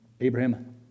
Abraham